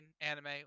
anime